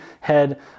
head